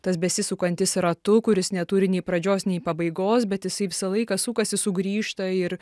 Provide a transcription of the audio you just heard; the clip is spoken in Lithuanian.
tas besisukantis ratu kuris neturi nei pradžios nei pabaigos bet jisai visą laiką sukasi sugrįžta ir